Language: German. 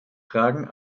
tragen